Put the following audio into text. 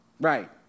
right